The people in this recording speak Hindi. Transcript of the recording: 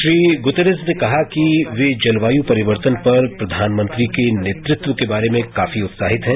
श्री गुतेरेस ने कहा कि वे जलवायु परिवर्तन पर प्रधानमंत्री के नेतृत्व के बारे में काफी उत्साहित है